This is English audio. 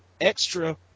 extra